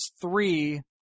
three